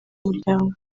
muryango